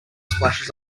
splashes